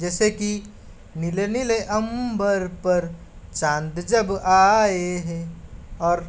जैसे कि नीले नीले अम्बर पर चांद जब आए है और